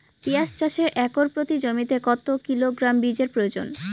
পেঁয়াজ চাষে একর প্রতি জমিতে কত কিলোগ্রাম বীজের প্রয়োজন?